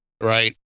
Right